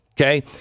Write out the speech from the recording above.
okay